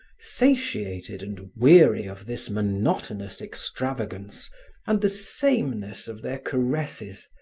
satiated and weary of this monotonous extravagance and the sameness of their caresses,